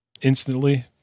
instantly